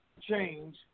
change